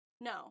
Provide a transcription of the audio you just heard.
no